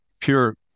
pure